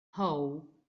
how